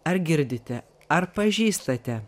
ar girdite ar pažįstate